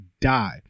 die